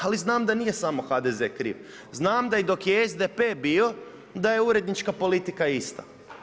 Ali znam da nije samo HDZ kriv, znam da i dok je SDP bio da je urednička politika ista.